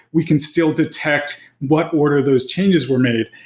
we can still detect what order those changes were made.